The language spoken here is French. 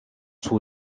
sous